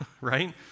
right